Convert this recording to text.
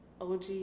OG